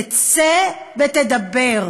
תצא ותדבר,